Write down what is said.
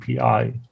API